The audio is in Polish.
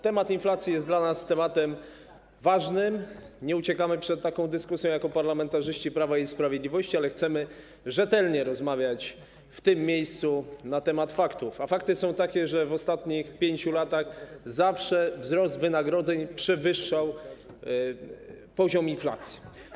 Temat inflacji jest dla nas tematem ważnym, nie uciekamy przed taką dyskusją jako parlamentarzyści Prawa i Sprawiedliwości, ale chcemy rzetelnie rozmawiać w tym miejscu na temat faktów, a fakty są takie, że w ostatnich 5 latach zawsze wzrost wynagrodzeń przewyższał poziom inflacji.